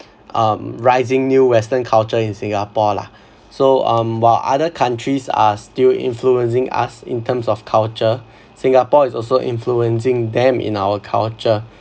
um rising new western culture in singapore lah so um while other countries are still influencing us in terms of culture singapore is also influencing them in our culture